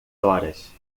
horas